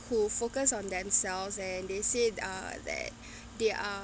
who focus on themselves and they said uh that they are